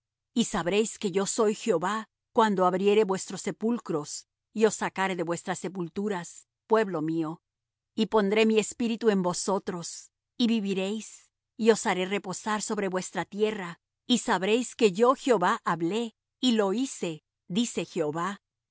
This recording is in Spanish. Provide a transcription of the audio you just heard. y sabréis que yo soy jehová cuando abriere vuestros sepulcros y os sacare de vuestras sepulturas pueblo mío y pondré mi espíritu en vosotros y viviréis y os haré reposar sobre vuestra tierra y sabréis que yo jehová hablé y lo hice dice jehová